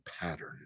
pattern